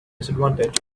disadvantage